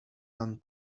and